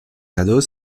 ados